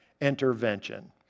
intervention